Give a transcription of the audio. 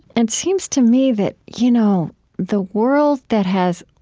and seems to me that you know the world that has,